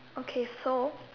okay so